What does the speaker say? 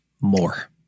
more